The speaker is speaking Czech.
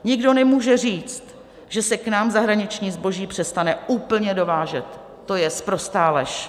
Nikdo nemůže říct, že se k nám zahraniční zboží přestane úplně dovážet, to je sprostá lež.